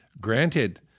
Granted